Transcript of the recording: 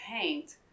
paint